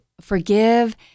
forgive